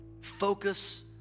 focus